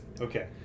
okay